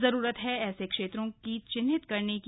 जरूरत है ऐसे क्षेत्रों की चिन्हित करने की